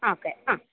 okay ആ